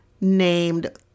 named